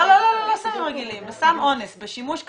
לא סמים רגילים, סם אונס בשימוש כפוי.